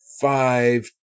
five